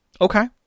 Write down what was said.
Okay